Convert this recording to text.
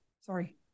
Sorry